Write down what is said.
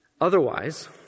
Otherwise